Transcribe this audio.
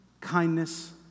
kindness